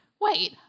wait